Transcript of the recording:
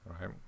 right